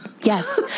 Yes